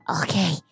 Okay